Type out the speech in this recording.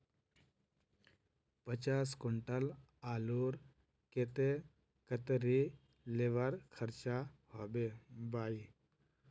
पचास कुंटल आलूर केते कतेरी लेबर खर्चा होबे बई?